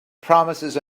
promises